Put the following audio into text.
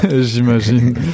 J'imagine